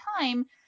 time